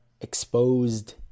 exposed